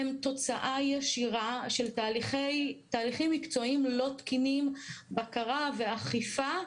הן תוצאה ישירה של תהליכים מקצועיים לא תקינים של בקרה ואכיפה.